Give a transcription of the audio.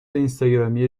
اینستاگرامی